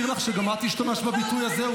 אני מזכיר לך שגם את השתמשת בביטוי הזה.